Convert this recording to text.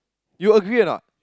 you agree or not